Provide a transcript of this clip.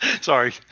Sorry